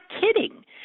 kidding